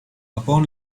upon